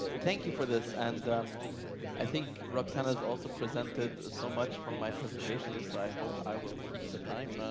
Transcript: thank you for this. and um i think roxana has also presented so much from my presentation, so i hope i will keep the time.